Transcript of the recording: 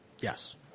Yes